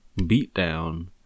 beatdown